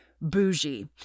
bougie